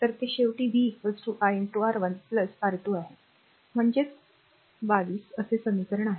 तर हे शेवटी v i R1 R2 आहे म्हणजेच 22 असे समीकरण आहे